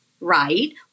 right